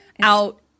out